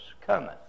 cometh